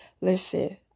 Listen